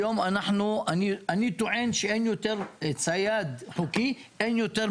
היום אני טוען שאין יותר מ-1,200 ציידים חוקיים.